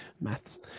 Maths